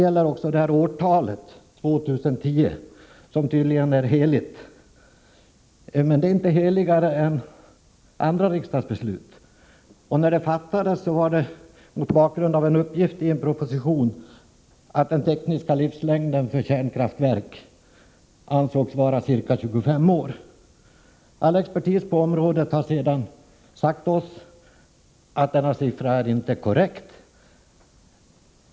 Även årtalet 2010 är tydligen heligt. Men det är inte heligare än andra riksdagsbeslut. Det beslutet fattades mot bakgrund av en uppgift i en proposition om att den tekniska livslängden för ett kärnkraftverk ansågs vara ca 25 år. All expertis på området har sedan sagt oss att denna uppgift inte är korrekt.